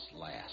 last